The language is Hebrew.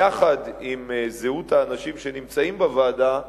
יחד עם זהות האנשים שנמצאים בוועדה,